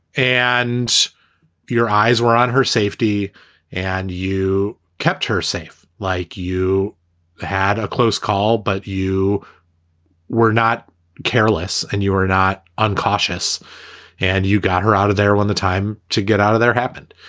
and your eyes were on her safety and you kept her safe like you had a close call, but you were not careless and you were not unconscious and you got her out of there when the time to get out of there happened.